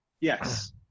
Yes